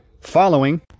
following